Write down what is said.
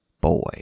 boy